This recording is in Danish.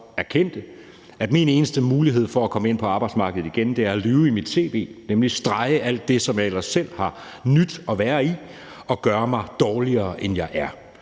erkendte: Min eneste mulighed for at komme ind på arbejdsmarkedet igen er at lyve i mit cv, nemlig ved at strege alt det, som jeg ellers selv har nydt at være i, og gøre mig dårligere, end jeg er.